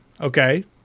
Okay